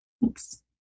thanks